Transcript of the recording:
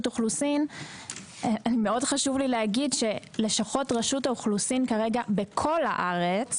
האוכלוסין חשוב לי לומר שלשכות רשות האוכלוסין כרגע בכל הארץ